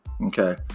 okay